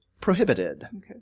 prohibited